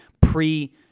pre